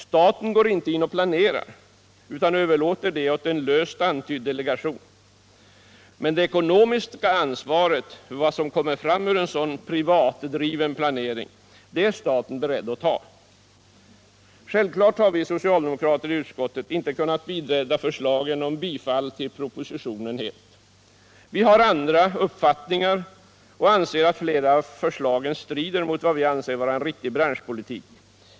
Staten går inte in och planerar utan överlåter detta åt en löst antydd delegation, men det ekonomiska ansvaret för vad som kommer fram ur en sådan ”privatdriven” planering är staten beredd att ta. Självklart har vi socialdemokrater i utskottet inte kunnat biträda förslagen om bifall till propositionen. Vi har andra uppfattningar och finner att flera av förslagen strider mot vad vi anser vara en riktig branschpolitik.